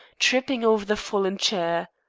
tripping over the fallen chair.